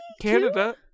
canada